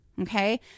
Okay